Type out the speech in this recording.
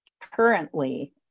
currently